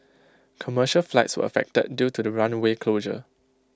commercial flights were affected due to the runway closure